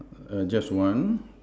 err just one